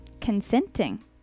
consenting